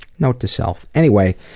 note to self. anyway,